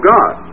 God